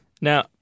Now